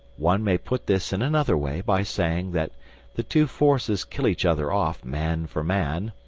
one may put this in another way by saying that the two forces kill each other off, man for man,